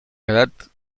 quedat